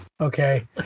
Okay